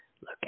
Look